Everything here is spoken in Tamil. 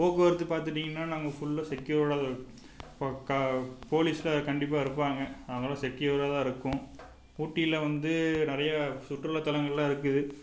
போக்குவரத்து பார்த்துட்டீங்கனா நாங்கள் ஃபுல்லாக செக்யூர்டாகதான் பக்கா போலீஸ்லாம் கண்டிப்பாக இருப்பாங்க அதனால் செக்யூராக தான் இருக்கும் ஊட்டியில் வந்து நிறைய சுற்றுலா தலங்கள்லாம் இருக்குது